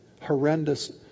horrendous